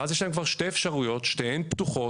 ואז יש להם כבר שתי אפשרויות, שתיהן פתוחות.